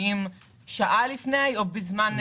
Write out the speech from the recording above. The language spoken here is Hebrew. האם שעה לפני או בזמן הנסיעה.